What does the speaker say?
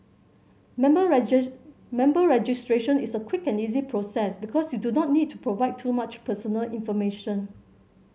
member member registration is a quick and easy process because you do not need to provide too much personal information